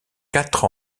quatre